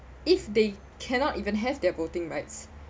if they cannot even have their voting rights